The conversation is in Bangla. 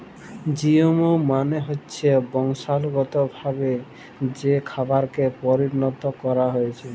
জিএমও মালে হচ্যে বংশালুগতভাবে যে খাবারকে পরিলত ক্যরা হ্যয়েছে